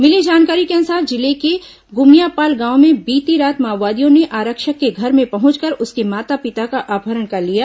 मिली जानकारी के अनुसार जिले के गुमियापाल गांव में बीती रात माओवादियों ने आरक्षक के घर में पहुंचकर उसके माता पिता का अपहरण कर लिया